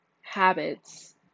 habits